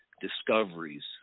discoveries